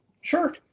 Sure